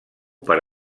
per